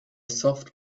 soft